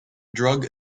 drug